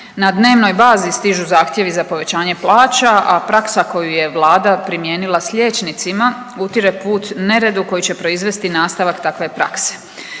Na dnevnoj bazi stižu zahtjevi za povećanje plaća, a praksa koju je Vlada primijenila s liječnicima utire put neredu koji će proizvesti nastavak takve prakse.